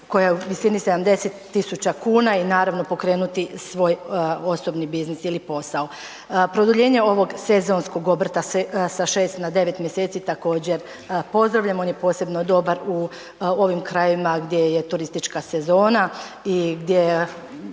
koja u visini 70 tisuća kuna i naravno, pokrenuti svoj osobni biznis ili posao. Produljenje ovog sezonskog obrta sa 6 na 9 mjeseci također, pozdravljamo. On je posebno dobar u ovim krajevima gdje je turistička sezona i gdje